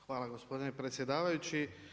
Hvala gospodine predsjedavajući.